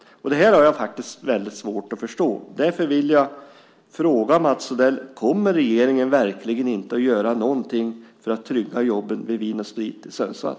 Detta har jag faktiskt väldigt svårt att förstå. Därför vill jag fråga Mats Odell: Kommer regeringen verkligen inte att göra någonting för att trygga jobben vid Vin & Sprit i Sundsvall?